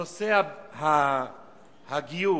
בנושא הגיור.